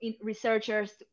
researchers